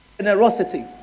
Generosity